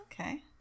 Okay